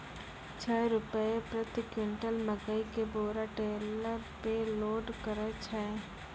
छह रु प्रति क्विंटल मकई के बोरा टेलर पे लोड करे छैय?